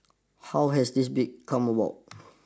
how has this come about